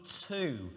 two